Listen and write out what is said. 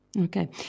Okay